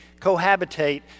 cohabitate